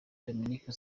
dominique